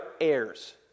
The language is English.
heirs